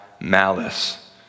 malice